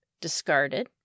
discarded